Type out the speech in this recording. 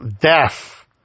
death